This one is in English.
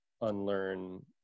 unlearn